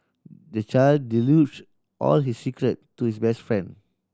the child divulge all his secret to his best friend